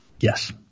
Yes